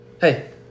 hey